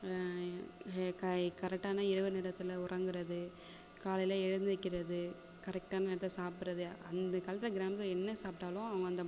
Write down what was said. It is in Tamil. ஏ க கரெக்டான இரவு நேரத்தில் உறங்கிறது காலையில் எழுந்திரிக்கிறது கரெக்டான நேரத்தில் சாப்பிட்றது அந்த காலத்தில் கிராமத்தில் என்ன சாப்பிட்டாலும் அவங்க அந்த